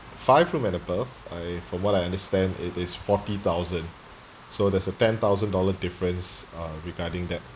five-room and above I from what I understand it is forty thousand so there's a ten thousand-dollar difference uh regarding that